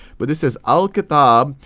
but this says al-kitab,